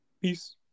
Peace